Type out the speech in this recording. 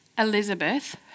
Elizabeth